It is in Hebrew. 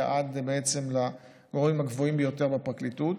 הגיעה עד לגורמים הגבוהים ביותר בפרקליטות,